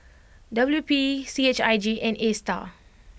W P C H I J and Astar